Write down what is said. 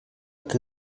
que